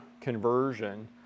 conversion